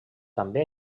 també